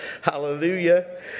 Hallelujah